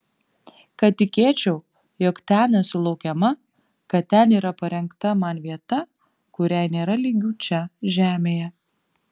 kad tikėčiau jog ten esu laukiama kad ten yra parengta man vieta kuriai nėra lygių čia žemėje